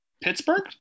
Pittsburgh